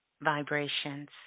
Vibrations